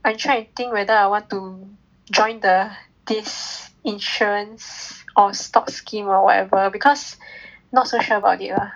I try and think whether I want to join the this insurance or stocks scheme or whatever because not so sure about it lah